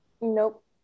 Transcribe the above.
Nope